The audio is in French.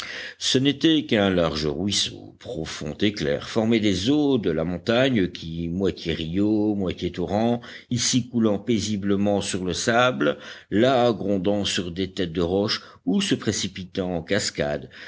ce n'était qu'un large ruisseau profond et clair formé des eaux de la montagne qui moitié rio moitié torrent ici coulant paisiblement sur le sable là grondant sur des têtes de roche ou se précipitant en cascade